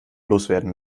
loswerden